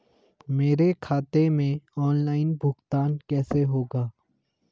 मेरे खाते में ऑनलाइन भुगतान कैसे होगा?